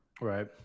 right